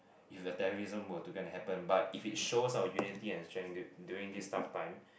if the terrorism were to go and happen but if we shows our unity and strength during this tough time